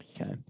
Okay